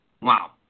Wow